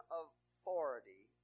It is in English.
authority